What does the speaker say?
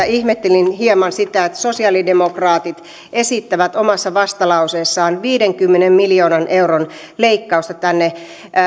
ihmettelin hieman sitä että sosialidemokraatit esittävät omassa vastalauseessaan viidenkymmenen miljoonan euron leikkausta tänne